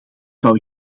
zou